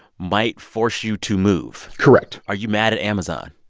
might force you to move correct are you mad at amazon?